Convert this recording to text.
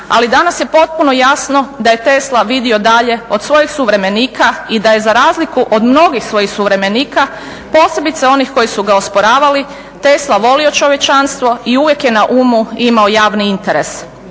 ali danas je potpuno jasno da je Tesla vidio dalje od svojih suvremenika i da je za razliku od mnogih svojih suvremenika, posebice onih koji su ga osporavali, Tesla volio čovječanstvo i uvijek je na umu imao javni interes,